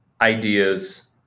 ideas